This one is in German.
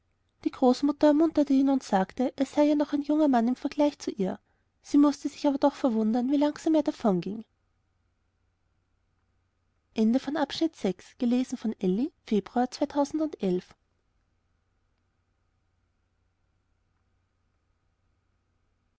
die großmutter ermunterte ihn und sagte er sei ja noch ein junger mann im vergleich zu ihr sie mußte sich aber doch verwundern wie langsam er davonging